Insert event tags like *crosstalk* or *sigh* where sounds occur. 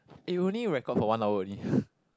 it only record for one hour only *breath*